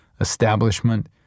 establishment